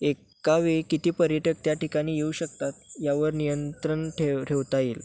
एकावेळी किती पर्यटक त्या ठिकाणी येऊ शकतात यावर नियंत्रण ठेव ठेवता येईल